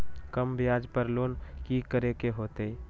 कम ब्याज पर लोन की करे के होतई?